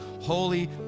Holy